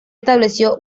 estableció